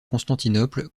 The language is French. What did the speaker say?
constantinople